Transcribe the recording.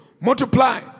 multiply